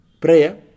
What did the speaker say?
prayer